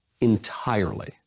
entirely